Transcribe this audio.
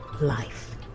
life